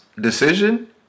decision